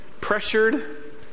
pressured